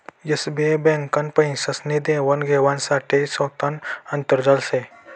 SBI ब्यांकनं पैसासनी देवान घेवाण साठे सोतानं आंतरजाल शे